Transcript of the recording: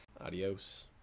Adios